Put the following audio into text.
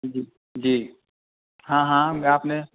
جی جی ہاں ہاں میں آپ نے